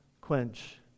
quench